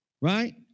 right